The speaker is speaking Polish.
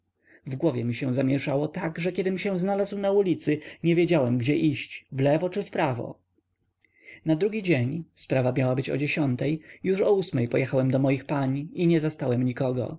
w głowie mi się zamięszało tak że kiedym się znalazł na ulicy nie wiedziałem gdzie iść wlewo czy wprawo na drugi dzień sprawa miała być o dziesiątej już o ósmej pojechałem do moich pań i nie zastałem nikogo